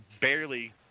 barely